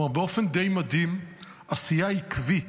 כלומר באופן די מדהים עשייה עקבית,